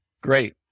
Great